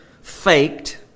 faked